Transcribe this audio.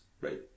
right